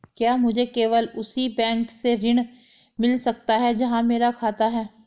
क्या मुझे केवल उसी बैंक से ऋण मिल सकता है जहां मेरा खाता है?